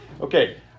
Okay